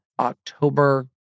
October